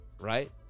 right